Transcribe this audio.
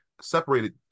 separated